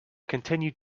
continued